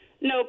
No